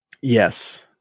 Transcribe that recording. yes